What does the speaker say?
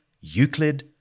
Euclid